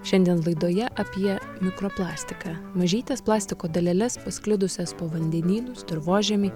šiandien laidoje apie mikroplastiką mažytes plastiko daleles pasklidusias po vandenynus dirvožemį